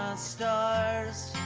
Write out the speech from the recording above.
stars